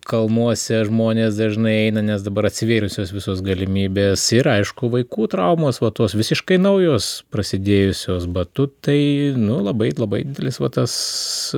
kalnuose žmonės dažnai eina nes dabar atsivėrusios visos galimybės ir aišku vaikų traumos va tos visiškai naujus prasidėjusios batutai nu labai labai didelis va tas